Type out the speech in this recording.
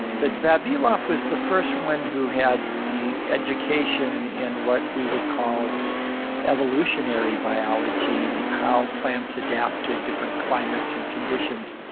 but vavilov was the first one who had the education in what we would call evolutionary biology, how plants adapt to different climates and conditions.